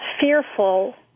fearful